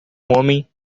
homem